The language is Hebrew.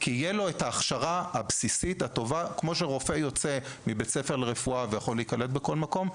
כמו שרופא יוצא מבית ספר לרפואה ויכול להיקלט בכל מקום,